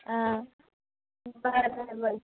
आ बरें बरें बरें